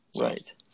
Right